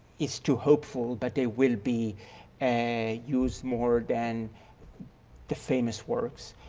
is too hopeful, but they will be and used more than the famous works.